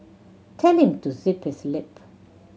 tell him to zip his lip